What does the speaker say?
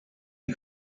you